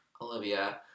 Olivia